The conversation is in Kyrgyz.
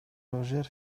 рожер